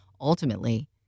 ultimately